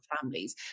families